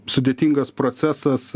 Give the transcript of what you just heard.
sudėtingas procesas